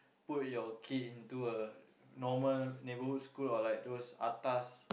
put your kid into a normal neighbourhood school or like those atas